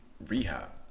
rehab